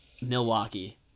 Milwaukee